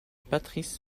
patrice